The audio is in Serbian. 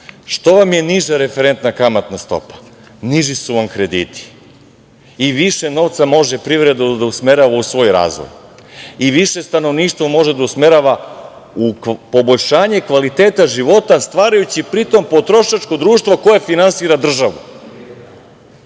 Što vam je niža referentna kamatna stopa, niži su vam krediti i više novca može privreda da usmerava u svoj razvoj, i više stanovništvo može da usmerava u poboljšanje kvaliteta života, stvarajući, pri tome, potrošačko društvo koje finansira državu. Sad